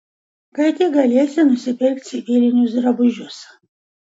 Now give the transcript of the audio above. kai tik galėsi nusipirk civilinius drabužius